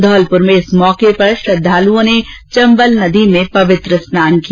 धौलपुर में इस मौके पर श्रद्वालुओं ने चम्बल में पवित्र स्नान किया